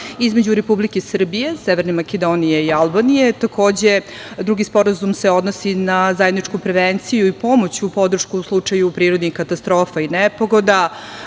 između Republike Srbije, Severne Makedonije i Albanije. Takođe, drugi sporazum se odnosi na zajedničku prevenciju i pomoć i podršku u slučaju prirodnih katastrofa i nepogoda. Naši